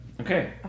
Okay